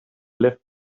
left